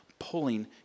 pulling